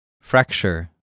Fracture